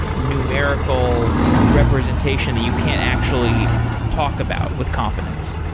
numerical representation that you can't actually talk about with confidence?